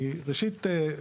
ראשית,